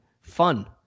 fun